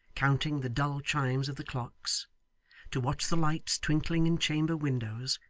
counting the dull chimes of the clocks to watch the lights twinkling in chamber windows,